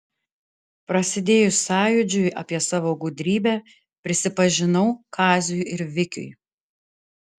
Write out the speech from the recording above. prasidėjus sąjūdžiui apie savo gudrybę prisipažinau kaziui ir vikiui